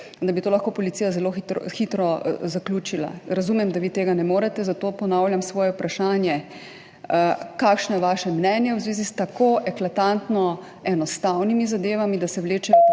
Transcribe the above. to bi lahko policija zelo hitro zaključila. Razumem, da vi tega ne morete, zato ponavljam svoje vprašanje: kakšno je vaše mnenje v zvezi s tako eklatantno enostavnimi zadevami, da se vlečejo tako